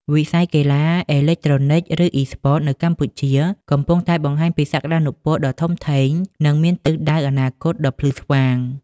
វិស័យកីឡាអេឡិចត្រូនិក ឬអុីស្ព័ត នៅកម្ពុជាកំពុងតែបង្ហាញពីសក្តានុពលដ៏ធំធេង និងមានទិសដៅអនាគតដ៏ភ្លឺស្វាង។